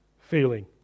feeling